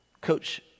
Coach